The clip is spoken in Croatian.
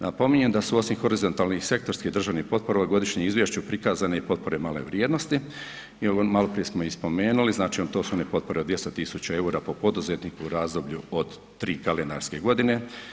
Napominjem da su osim horizontalnih i sektorskih državnih potpora u godišnjem izvješću prikazane i potpore male vrijednosti i maloprije smo ih spomenuli, znači to su one potpore od 200 000 eura po poduzetniku u razdoblju od 3 kalendarske godine.